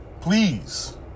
please